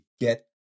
get